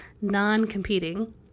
non-competing